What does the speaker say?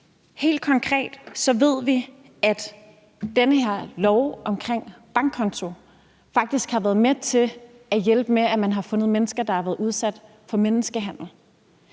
Helt konkret ved vi, at den her lov om at kræve en bankkonto faktisk har hjulpet til med, at man har fundet mennesker, der har været udsat for menneskehandel.